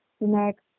Next